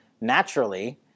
naturally